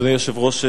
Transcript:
אדוני היושב-ראש,